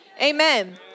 amen